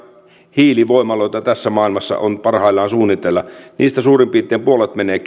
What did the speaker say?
hiilivoimaloita tässä maailmassa on parhaillaan suunnitteilla niin niistä suurin piirtein puolet menee